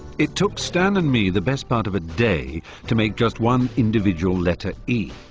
it took stan and me the best part of a day to make just one individual letter e.